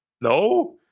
No